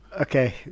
Okay